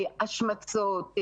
זה כלל השמצות.